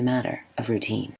a matter of routine